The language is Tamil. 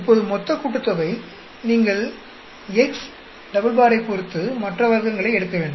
இப்போது மொத்தக் கூட்டுத்தொகை நீங்கள் ஐப் பொறுத்து மற்ற வர்க்கங்களை எடுக்க வேண்டும்